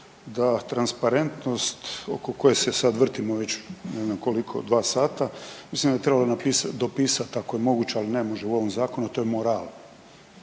da transparentnost oko koje se sad vrtimo ne znam koliko dva sata mislim da bi trebalo dopisati ako je moguće, ali ne može u ovom zakonu a to je moral.